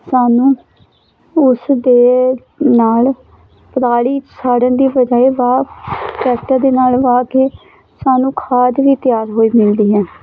ਸਾਨੂੰ ਉਸ ਦੇ ਨਾਲ ਪਰਾਲੀ ਸਾੜਨ ਦੀ ਬਜਾਏ ਵਾਹ ਟਰੈਕਟਰ ਦੇ ਨਾਲ ਵਾਹ ਕੇ ਸਾਨੂੰ ਖਾਦ ਵੀ ਤਿਆਰ ਹੋਈ ਮਿਲਦੀ ਹੈ